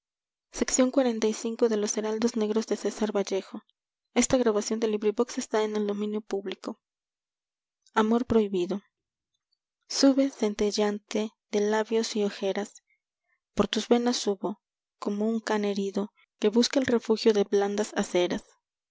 de labios y ojeras por tus venas subo como un can herido que busca el refugio de blandas aceras